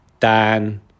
Dan